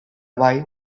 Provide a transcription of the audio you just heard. bai